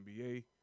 NBA